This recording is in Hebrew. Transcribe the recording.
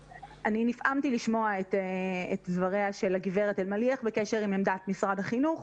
נפעמתי לשמוע את דבריה של הגברת אלמליח בקשר לעמדת משרד החינוך.